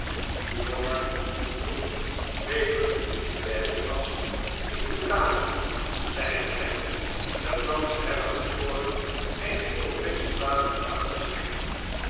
milor doet beter die militaire jas niet te dragen zeide hij de franschen hebben gezworen geen enkel britsch soldaat genade te schenken